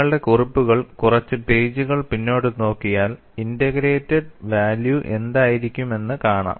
നിങ്ങളുടെ കുറിപ്പുകൾ കുറച്ച് പേജുകൾ പിന്നോട്ട് നോക്കിയാൽ ഇന്റഗ്രേറ്റഡ് വാല്യൂ എന്തായിരിക്കുമെന്ന് കാണാം